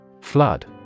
flood